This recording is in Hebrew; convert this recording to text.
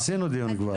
עשינו דיון כבר.